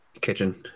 Kitchen